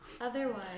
Otherwise